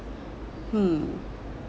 hmm